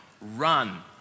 run